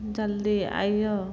जल्दी अइऔ